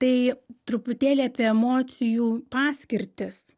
tai truputėlį apie emocijų paskirtis